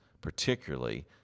particularly